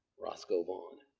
rosco vaughn.